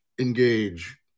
Engage